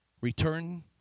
Return